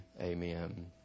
Amen